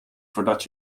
voordat